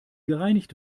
gereinigt